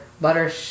Butter